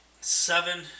seven